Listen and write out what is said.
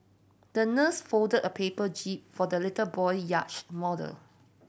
the nurse folded a paper jib for the little boy yacht model